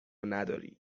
نداری